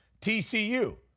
TCU